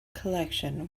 collection